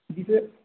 जी sir